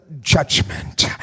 judgment